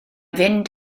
fynd